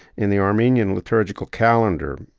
in the armenian liturgical calendar,